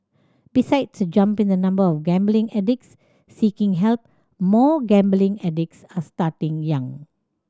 besides a jump in the number of gambling addicts seeking help more gambling addicts are starting young